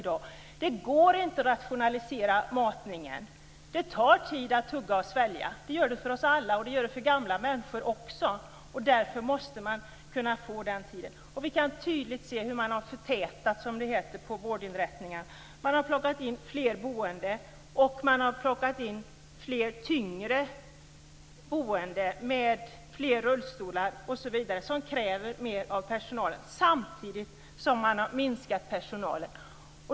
Det går inte att rationalisera matningen. Det tar tid att tugga och svälja. Det gör det för oss alla, och det gör det för gamla människor också. Man måste få den tiden. Vi kan tydligt se hur man har förtätat, som det heter, på vårdinrättningarna. Man har plockat in fler boende, och man har plockat in fler tyngre boende - fler med rullstolar osv. - som kräver mer av personalen. Samtidigt har man minskat personalen.